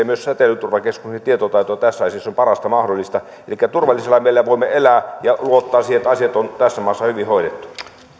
myös säteilyturvakeskuksen tietotaito tässä asiassa on parasta mahdollista elikkä turvallisella mielellä voimme elää ja luottaa siihen että asiat on tässä maassa hyvin hoidettu